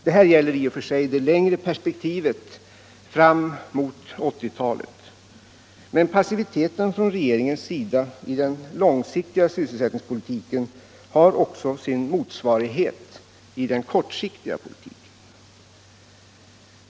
Det här gäller i och för sig det längre perspektivet fram mot 1980-talet, men passiviteten från regeringens sida i den långsiktiga sysselsättningspolitiken har också sin motsvarighet i den mera kortsiktiga.